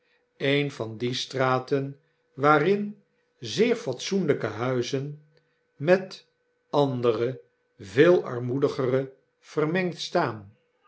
een van die straten waarin zeer fatsoenlijke huizen met andere veel armoedigere vermengd staan